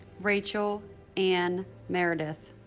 rachel ann meredith